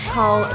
Call